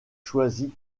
choisie